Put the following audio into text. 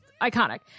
iconic